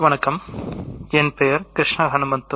வணக்கம்என் பெயர் கிருஷ்ண ஹனுமந்து